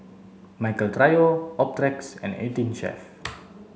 Michael Trio Optrex and eighteenChef